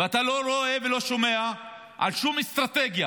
ואתה לא רואה ולא שומע על שום אסטרטגיה